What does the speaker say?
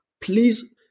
please